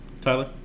Tyler